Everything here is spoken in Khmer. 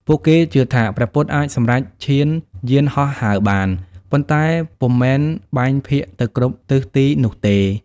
ពួកគេជឿថាព្រះពុទ្ធអាចសម្រេចឈានហោះហើរបាន ប៉ុន្តែពុំមែនបែងភាគទៅគ្រប់ទិសទីនោះទេ។